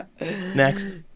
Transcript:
next